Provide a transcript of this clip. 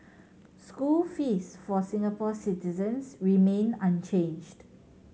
school fees for Singapore citizens remain unchanged